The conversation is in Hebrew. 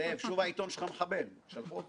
משנת 1987 הסתובבתי במסדרונות